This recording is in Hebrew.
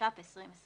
התש"ף-2020